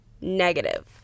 negative